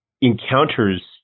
encounters